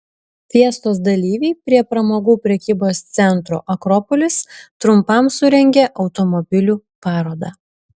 fiestos dalyviai prie pramogų prekybos centro akropolis trumpam surengė automobilių parodą